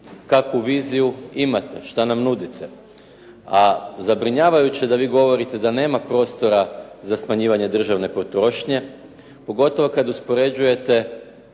kakvu viziju imate, šta nam nudite. A zabrinjavajuće je da vi govorite da nema prostora za smanjivanje državne potrošnje, pogotovo kad uspoređujete